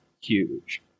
huge